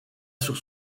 sur